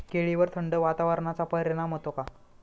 केळीवर थंड वातावरणाचा परिणाम होतो का?